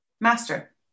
Master